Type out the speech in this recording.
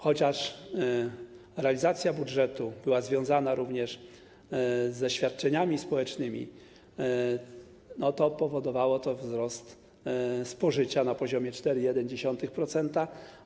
Chociaż realizacja budżetu była związana również ze świadczeniami społecznymi, powodowało to wzrost spożycia na poziomie 4,1%.